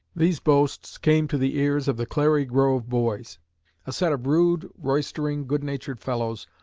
these boasts came to the ears of the clary grove boys a set of rude, roystering, good-natured fellows,